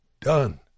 done